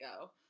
go